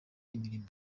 imirimo